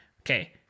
okay